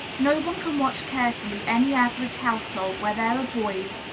no one can watch carefully any average household where there are boys,